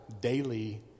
daily